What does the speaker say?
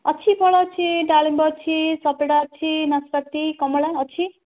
ଅଛି ଫଳ ଅଛି ଡାଳିମ୍ବ ଅଛି ସପେଟା ଅଛି ନାସପାତି କମଳା ଅଛି